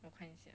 我看一下